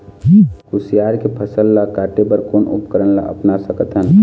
कुसियार के फसल ला काटे बर कोन उपकरण ला अपना सकथन?